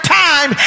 time